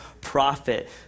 prophet